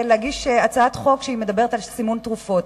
להגיש הצעת חוק שמדברת על סימון תרופות.